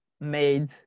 made